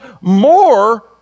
more